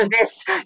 resist